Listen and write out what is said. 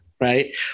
right